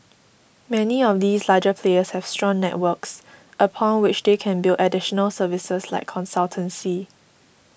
many of these larger players have strong networks upon which they can build additional services like consultancy